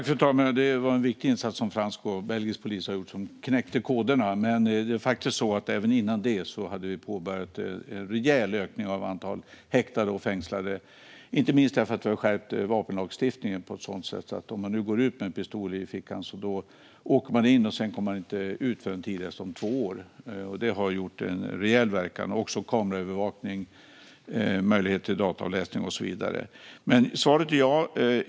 Fru talman! Ja, det var en viktig insats som gjordes av fransk och belgisk polis, som knäckte koderna. Men redan innan det skedde hade vi påbörjat en rejäl ökning av antalet häktade och fängslade, inte minst därför att vi skärpt lagstiftningen på ett sådant sätt att den som går ut med en pistol i fickan åker in och inte kommer ut förrän tidigast om två år. Det har gjort en rejäl verkan, liksom kameraövervakning, möjlighet till dataavläsning och så vidare. Svaret är ja.